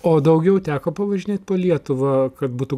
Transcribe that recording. o daugiau teko pavažinėt po lietuvą kad būtų